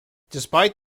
despite